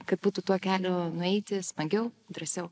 kad būtų tuo keliu nueiti smagiau drąsiau